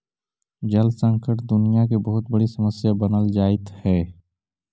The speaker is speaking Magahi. जल संकट दुनियां के बहुत बड़ी समस्या बनल जाइत हई